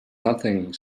nothing